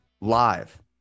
live